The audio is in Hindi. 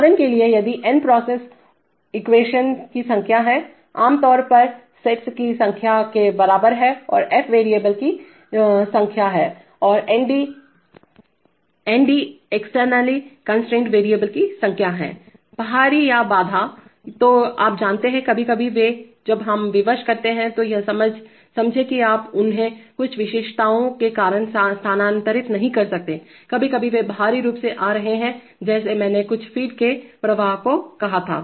उदाहरण के लिए यदि n प्रोसेस एक्वेशनप्रक्रिया समीकरणों की संख्या हैआम तौर पर स्टेट्स की संख्या के बराबर है और f वेरिएबल की संख्या है और ndएक्सटर्नाली कन्स्ट्रैनेड वेरिएबल की संख्या है बाहरी या बाधा तो आप जानते हैं कभी कभी वे जब हम विवश करते हैं यह समझें कि आप उन्हें कुछ विशिष्टताओं के कारण स्थानांतरित नहीं कर सकते हैं कभी कभी वे बाहरी रूप से आ रहे हैं जैसे मैंने कुछ फ़ीड के प्रवाह को कहा था